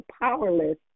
powerless